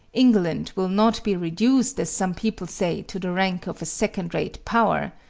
england will not be reduced, as some people say, to the rank of a second rate power,